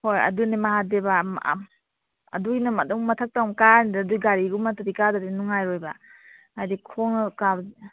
ꯍꯣꯏ ꯑꯗꯨꯅꯤ ꯃꯍꯥꯗꯦꯕ ꯑꯗꯨꯒꯤꯅ ꯑꯗꯨꯝ ꯃꯊꯛꯇ ꯑꯃꯨꯛ ꯀꯥꯔꯅꯤꯗꯅ ꯑꯗꯨꯏ ꯒꯥꯔꯤꯒꯨꯝꯕ ꯅꯠꯇ꯭ꯔꯗꯤ ꯀꯥꯗꯗꯤ ꯅꯨꯡꯉꯥꯏꯔꯣꯏꯕ ꯍꯥꯏꯗꯤ ꯈꯣꯡꯅ ꯀꯥꯕꯗꯨ